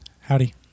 Howdy